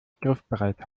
griffbereit